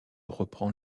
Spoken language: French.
reprend